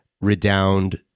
redound